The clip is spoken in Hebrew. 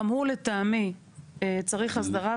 גם הוא לטעמי צריך הסדרה,